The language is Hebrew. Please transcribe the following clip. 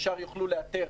ישר יוכלו לאתר